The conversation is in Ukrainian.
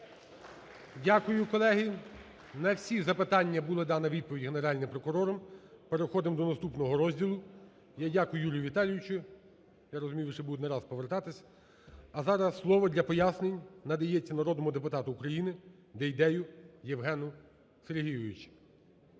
Дякую, колеги. На всі запитання була дана відповідь Генеральним прокурором. Переходимо до наступного розділу. Я дякую Юрію Віталійовичу. Я розумую, ви ще будете не раз повертатися. А зараз слово для пояснень надається народному депутату України Дейдею Євгену Сергійовичу.